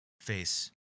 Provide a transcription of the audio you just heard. face